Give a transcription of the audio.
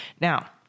now